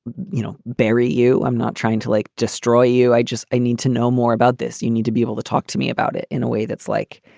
you know, bury you. i'm not trying to, like, destroy you. i just i need to know more about this. you need to be able to talk to me about it in a way that's like,